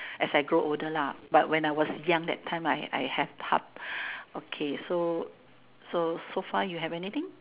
as I grow older lah but when I was young that time I I have half okay so so so far you have anything